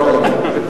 אני לא טעיתי.